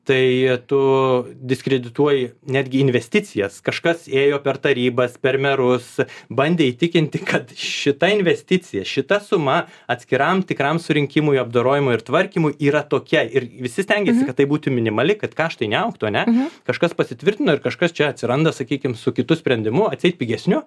tai tu diskredituoji netgi investicijas kažkas ėjo per tarybas per merus bandė įtikinti kad šita investicija šita suma atskiram tikram surinkimui apdorojimui ir tvarkymui yra tokia ir visi stengiasi kad tai būtų minimali kad kaštai neaugtų a ne kažkas pasitvirtino ir kažkas čia atsiranda sakykim su kitu sprendimu atseit pigesniu